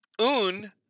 un